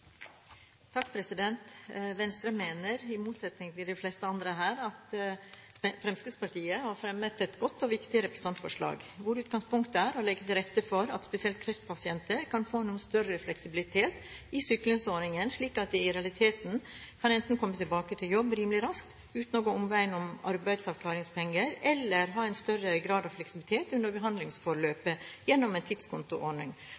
viktig representantforslag hvor utgangspunktet er å legge til rette for at spesielt kreftpasienter kan få en noe større fleksibilitet i sykelønnsordningen, slik at de i realiteten enten kan komme tilbake til jobb rimelig raskt, uten å gå omveien om arbeidsavklaringspenger, eller ha en større grad av fleksibilitet under